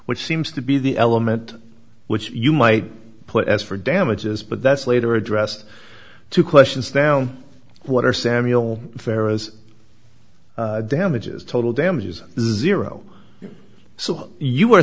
which seems to be the element which you might put as for damages but that's later addressed to questions down what are samuel fair as damages total damages zero so you